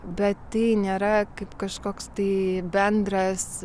bet tai nėra kaip kažkoks tai bendras